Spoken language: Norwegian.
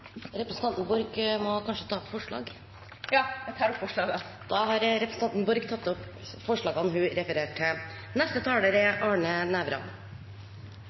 representanten vil ta opp forslag? Det stemmer. Da har representanten Lars Haltbrekken tatt opp de forslagene han refererte til.